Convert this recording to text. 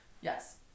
Yes